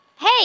Hey